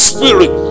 Spirit